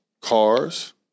cars